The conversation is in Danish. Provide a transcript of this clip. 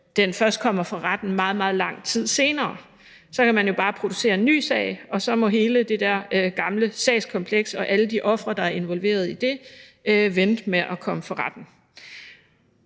den først kommer for retten meget lang tid senere. Så kan man jo bare producere en ny sag, og så må hele det gamle sagskompleks og alle de ofre, der er involveret i det, vente med at komme for retten.